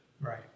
Right